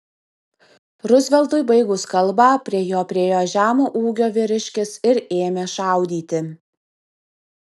ruzveltui baigus kalbą prie jo priėjo žemo ūgio vyriškis ir ėmė šaudyti